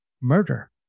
murder